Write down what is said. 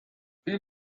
few